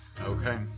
Okay